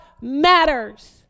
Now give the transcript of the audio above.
matters